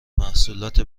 محصولات